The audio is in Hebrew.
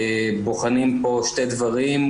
בוחנים פה שתי דברים,